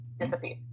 Disappear